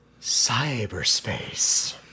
cyberspace